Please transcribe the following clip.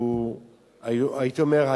הייתי אומר,